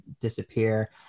disappear